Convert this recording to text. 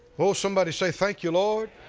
oh, somebody say thank you lord.